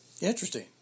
Interesting